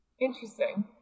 Interesting